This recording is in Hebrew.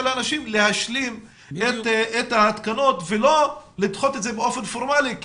לאנשים להשלים את ההתקנות ולא לדחות את זה באופן פורמלי כי